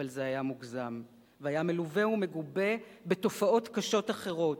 אבל זה היה מוגזם והיה מלווה ומגובה בתופעות קשות אחרות: